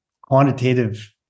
quantitative